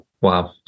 Wow